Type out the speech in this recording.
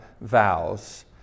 vows